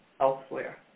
elsewhere